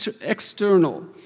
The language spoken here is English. external